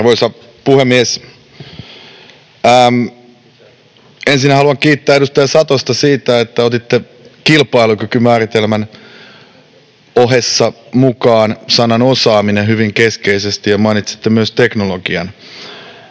Arvoisa puhemies! Ensinnä haluan kiittää edustaja Satosta siitä, että otitte kilpailukykymääritelmän ohessa mukaan sanan ”osaaminen” hyvin keskeisesti ja mainitsitte myös teknologian.